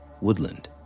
woodland